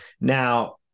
Now